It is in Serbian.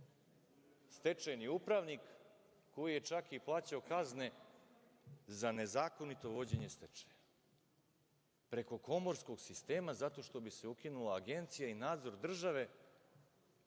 stečajni upravnik, koji je čak i plaćao kazne za nezakonito vođenje stečaja, preko komorskog sistema, zato što bi se ukinula Agencija i nadzor države